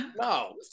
no